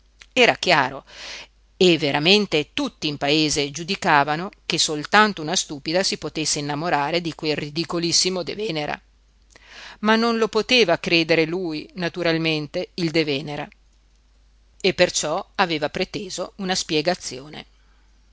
era chiaro e veramente tutti in paese giudicavano che soltanto una stupida si potesse innamorare di quel ridicolissimo de venera ma non lo poteva credere lui naturalmente il de venera e perciò aveva preteso una spiegazione